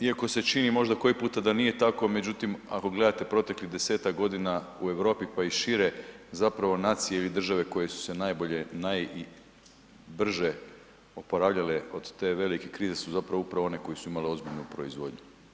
Iako se čini možda koji puta da to nije tako, međutim ako gledate proteklih 10-ak godina u Europi pa i šire zapravo nacije i države koje su se najbolje i najbrže oporavljale od te velike krize su zapravo upravo one koje su imale ozbiljnu proizvodnju.